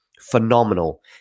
phenomenal